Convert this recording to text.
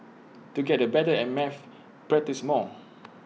to get A better at maths practise more